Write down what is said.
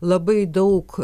labai daug